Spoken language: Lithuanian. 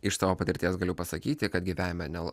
iš savo patirties galiu pasakyti kad gyvenime net